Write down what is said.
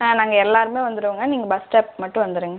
ஆ நாங்கள் எல்லாேருமே வந்துடுவோங்க நீங்கள் பஸ் ஸ்டாப்க்கு மட்டும் வந்துடுங்க